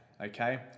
okay